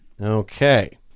Okay